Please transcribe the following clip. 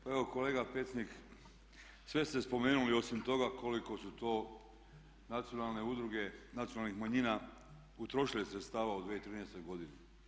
Pa evo kolega Pecnik, sve ste spomenuli osim toga koliko su to nacionalne udruge nacionalnih manjina utrošile sredstava u 2013. godini.